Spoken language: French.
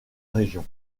région